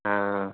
हाँ